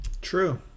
True